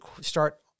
start